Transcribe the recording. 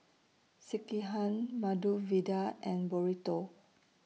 Sekihan Medu Vada and Burrito